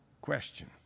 question